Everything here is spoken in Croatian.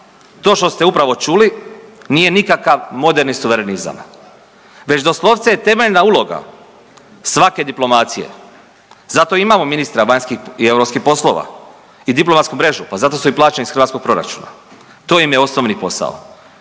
To što ste upravo čuli nije nikakav moderni suverenizam već doslovce je temeljna uloga svake diplomacije. Zato imamo ministra vanjskih i europski poslova i diplomatsku mrežu, pa za to su i plaćeni iz hrvatskog proračuna. To im je osnovni posao.